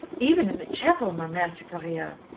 even in the chapel, ma mere superieure.